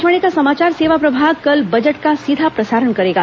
आकाशवाणी का समाचार सेवा प्रभाग कल बजट का सीधा प्रसारण करेगा